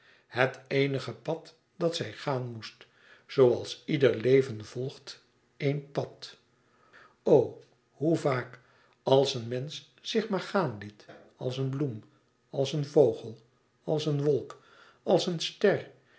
het eenige pad dat zij gaan moest zooals ieder leven volgt eén pad o hoe vaak als een mensch zich maar gaan liet als een bloem als een vogel als een wolk als een ster